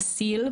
אסיל,